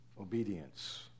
obedience